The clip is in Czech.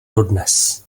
dodnes